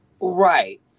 Right